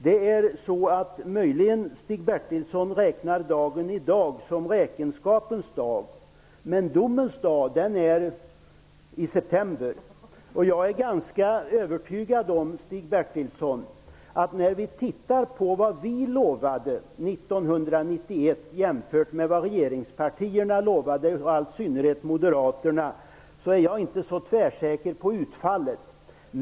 Möjligen räknar Stig Bertilsson denna dag som räkenskapens dag. Men domens dag är i september. Och jag är ganska övertygad om, Stig Bertilsson, att när vi tittar närmare på vad Socialdemokraterna lovade 1991 och jämför det med det som regeringspartierna lovade, i all synnerhet Moderaterna, är jag inte så tvärsäker på utfallet.